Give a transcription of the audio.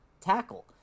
tackle